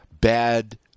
bad